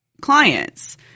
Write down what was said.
clients